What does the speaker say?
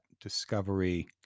discovery